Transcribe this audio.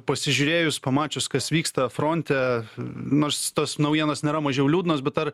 pasižiūrėjus pamačius kas vyksta fronte nors tos naujienos nėra mažiau liūdnos bet ar